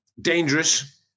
dangerous